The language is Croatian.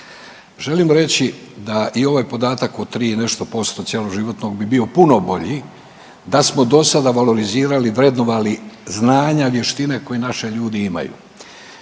Želim reći da i ovaj podatak o tri i nešto posto cjeloživotnog bi bio puno bolji da smo do sada valorizirali vrednovali znanja, vještine koje naši ljudi imaju.